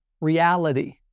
reality